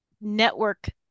network